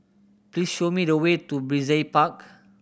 please show me the way to Brizay Park